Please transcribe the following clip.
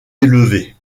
élevée